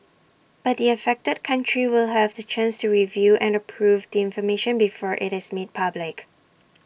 but the affected country will have the chance to review and approve the information before IT is made public